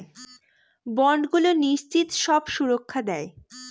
বন্ডগুলো নিশ্চিত সব সুরক্ষা দেয়